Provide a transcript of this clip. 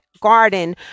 garden